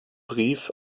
brief